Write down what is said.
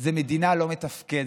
זה מדינה לא מתפקדת,